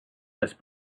this